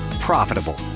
profitable